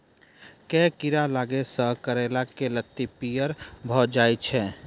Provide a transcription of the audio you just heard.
केँ कीड़ा लागै सऽ करैला केँ लत्ती पीयर भऽ जाय छै?